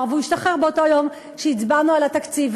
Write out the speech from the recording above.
והוא השתחרר באותו יום שהצבענו על התקציב.